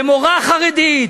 במורה חרדית,